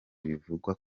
bivugwa